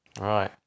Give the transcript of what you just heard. Right